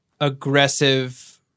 Aggressive